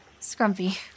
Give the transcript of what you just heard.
Scrumpy